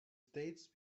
states